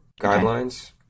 guidelines